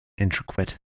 intricate